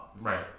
Right